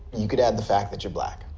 you could add the fact that you're black.